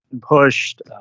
pushed